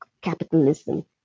capitalism